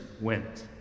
went